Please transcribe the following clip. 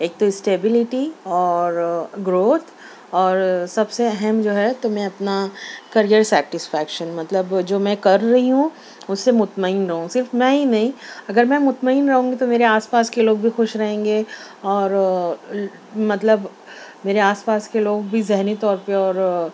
ایک تو اسٹیبلٹی اور گروتھ اور سب سے اہم جو ہے تو میں اپنا کیریر سیٹسفیکشن مطلب جو میں کر رہی ہوں اس سے مطمئن رہوں صرف میں ہی نہیں اگر میں مطمئن رہوں گی تو میرے آس پاس کے لوگ بھی خوش رہیں گے اور مطلب میرے آس پاس کے لوگ بھی ذہنی طور پہ اور